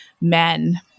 men